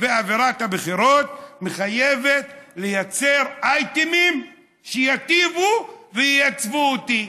ואווירת הבחירות מחייבת ליצור אייטמים שייטיבו וייצבו אותי,